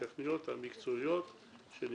קיימנו דיון, לא קיימנו דיון לא חשוב.